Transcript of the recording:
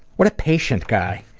what a patient guy.